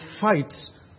fights